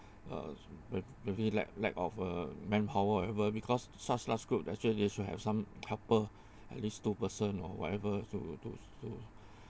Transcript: uh may~ maybe lack lack of a manpower whatever because such large group actually they should have some helper at least two person or whatever to to to